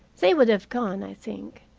they would have gone, i think,